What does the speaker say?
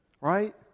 Right